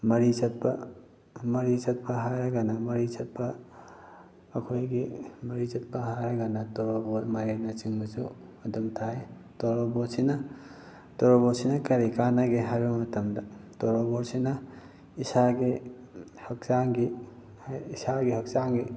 ꯃꯔꯤ ꯆꯠꯄ ꯃꯔꯤ ꯆꯠꯄ ꯍꯥꯏꯔꯒꯅ ꯃꯔꯤ ꯆꯠꯄ ꯑꯩꯈꯣꯏꯒꯤ ꯃꯔꯤ ꯆꯠꯄ ꯍꯥꯏꯔꯒꯅ ꯇꯣꯔꯕꯣꯠ ꯃꯥꯏꯔꯦꯟꯅꯆꯤꯡꯕꯁꯨ ꯑꯗꯨꯝ ꯊꯥꯏ ꯇꯣꯔꯣꯕꯣꯠꯁꯤꯅ ꯇꯣꯔꯣꯕꯣꯠꯁꯤꯅ ꯀꯔꯤ ꯀꯥꯟꯅꯒꯦ ꯍꯥꯏꯕ ꯃꯇꯝꯗ ꯇꯣꯔꯕꯣꯠꯁꯤꯅ ꯏꯁꯥꯒꯤ ꯍꯛꯆꯥꯡꯒꯤ ꯏꯁꯥꯒꯤ ꯍꯛꯆꯥꯡꯒꯤ